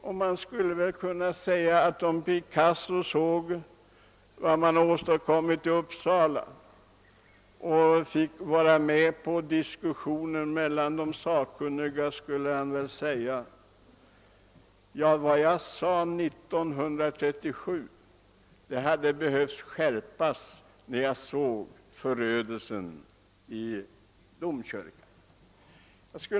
Om Picasso finge se den förödelse som åstadkommits i Uppsala domkyrka och finge delta i en diskussion med de sakkunniga i detta ärende, skulle han troligen anse sig behöva skärpa det uttalande han gjorde 1937.